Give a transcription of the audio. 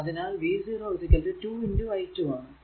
അതിനാൽ v0 2 i2 ആണ്